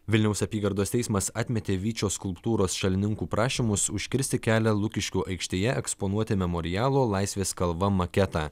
vilniaus apygardos teismas atmetė vyčio skulptūros šalininkų prašymus užkirsti kelią lukiškių aikštėje eksponuoti memorialo laisvės kalva maketą